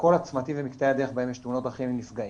לכל הצמתים ומקטעי הדרך בהם יש תאונות דרכים עם נפגעים.